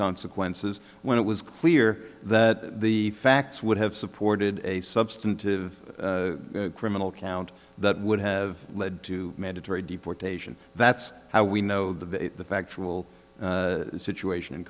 consequences when it was clear that the facts would have supported a substantive criminal count that would have led to mandatory deportation that's how we know that the factual situation